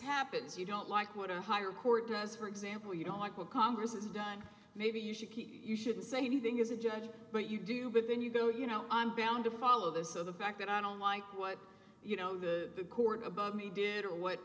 happens you don't like what a higher court does for example you don't like what congress has done maybe you should keep you shouldn't say anything as a judge but you do but then you go you know i'm bound to follow this so the fact that i don't like what you know the court above me did or what